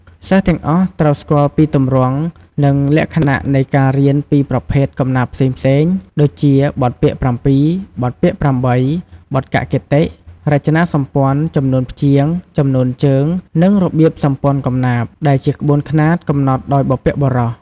សិស្សទាំងអស់ ត្រូវស្គាល់ពីទម្រង់ និងលក្ខណៈ នៃការរៀនពីប្រភេទកំណាព្យផ្សេងៗ ដូចជា បទពាក្យ៧ បទពាក្យ៨ បទកាកគតិ រចនាសម្ព័ន្ធ ចំនួនព្យាង្គ ចំនួនជើង និងរបៀបសម្ព័ន្ធកំណាព្យ ដែលជាក្បួនខ្នាតកំណត់ដោយបុព្វបុរស។